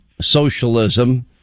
socialism